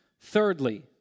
Thirdly